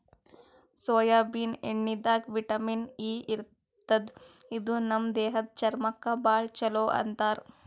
soybean ಎಣ್ಣಿದಾಗ್ vitamin E ಇರ್ತದ್ ಇದು ನಮ್ ದೇಹದ್ದ್ ಚರ್ಮಕ್ಕಾ ಭಾಳ್ ಛಲೋ ಅಂತಾರ್